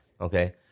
Okay